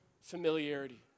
familiarity